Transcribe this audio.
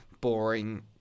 boring